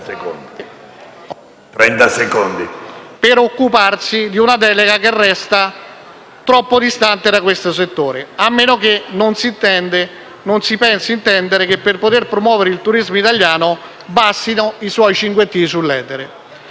le risorse, per occuparsi di una delega che resta troppo distante da questo settore. A meno che, s'intende, non pensi che per poter promuovere il turismo italiano bastino i suoi cinguettii nell'etere.